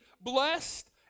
blessed